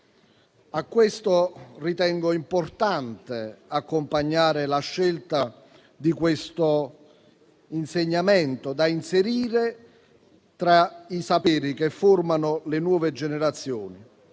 A questo ritengo importante accompagnare la scelta di questo insegnamento da inserire tra i saperi che formano le nuove generazioni.